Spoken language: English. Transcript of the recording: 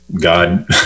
God